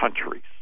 countries